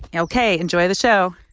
and ok, enjoy the show